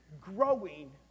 growing